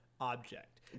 object